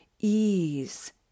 ease